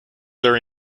are